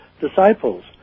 disciples